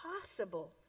possible